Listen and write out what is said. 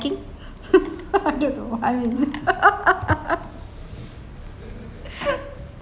~ing I don't know I mean